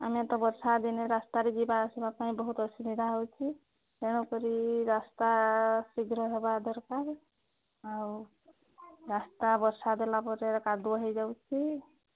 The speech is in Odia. ଆମେ ତ ବର୍ଷା ଦିନେ ରାସ୍ତାରେ ଯିବା ଆସିବା ପାଇଁ ବହୁତ ଅସୁବିଧା ହେଉଛି ତେଣୁକରି ରାସ୍ତା ଶୀଘ୍ର ହେବା ଦରକାର ଆଉ ରାସ୍ତା ବର୍ଷା ଦେଲା ପରେ କାଦୁଅ ହୋଇଯାଉଛି